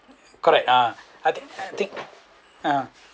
correct ah I think I think ah